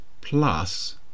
plus